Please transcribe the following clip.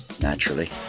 naturally